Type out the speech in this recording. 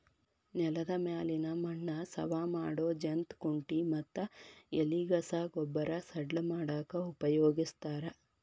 ನೆಲದ ಮ್ಯಾಲಿನ ಮಣ್ಣ ಸವಾ ಮಾಡೋ ಜಂತ್ ಕುಂಟಿ ಮತ್ತ ಎಲಿಗಸಾ ಗೊಬ್ಬರ ಸಡ್ಲ ಮಾಡಾಕ ಉಪಯೋಗಸ್ತಾರ